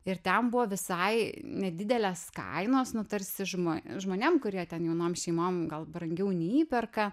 ir ten buvo visai nedidelės kainos nu tarsi žmo žmonėm kurie ten jaunom šeimom gal brangiau neįperka